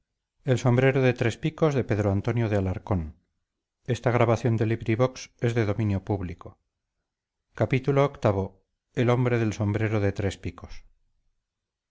la capa de grana y del sombrero de tres picos